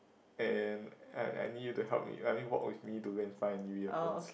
and I I need you to help me I mean walk with me to go and find new earphones